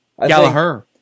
Gallagher